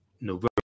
november